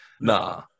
nah